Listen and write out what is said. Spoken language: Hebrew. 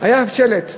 היה שלט.